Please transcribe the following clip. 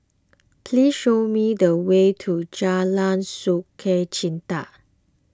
please show me the way to Jalan Sukachita